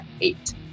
eight